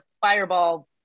fireball